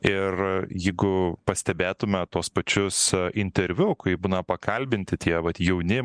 ir jeigu pastebėtume tuos pačius interviu kai būna pakalbinti tie vat jauni